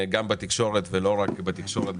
גם בתקשורת ולא רק בתקשורת,